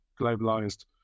globalized